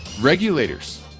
regulators